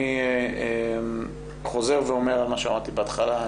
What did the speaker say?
אני חוזר ואומר מה שאמרתי בהתחלה.